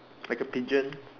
like a pigeon